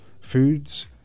foods